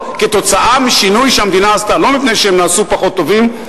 כתוצאה משינוי שהמדינה עשתה; לא מפני שהם נעשו פחות טובים,